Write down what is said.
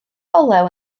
olew